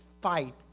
fight